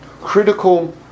critical